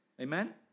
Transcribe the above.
Amen